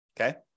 Okay